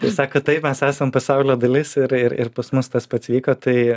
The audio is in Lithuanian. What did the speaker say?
ir sako taip mes esam pasaulio dalis ir ir pas mus tas pats vyko tai